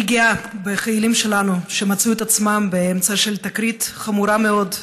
אני גאה בחיילים שלנו שמצאו את עצמם באמצע תקרית חמורה מאוד,